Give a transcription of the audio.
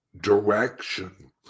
direction